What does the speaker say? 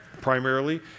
primarily